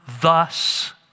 thus